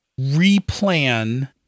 replan